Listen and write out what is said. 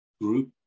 group